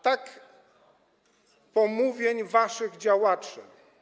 Tak - pomówień waszych działaczy.